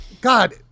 god